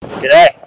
Today